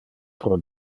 pro